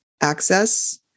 access